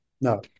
No